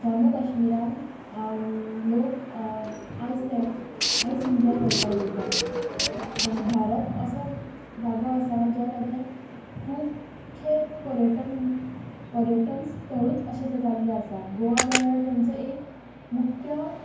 जाम्मु कश्मिरांत लोक Iceland ice enjoy करपाक वयतात भारत असो जागो आसा ज्या जाग्यार खुबशे पर्यटन पर्यटन स्थळूच अशें तें जाल्लें आसा गोवा जाल्यार तांचो एक मुख्य